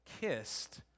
Kissed